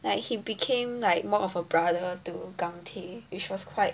like he became like more of her brother to gang tae which was quite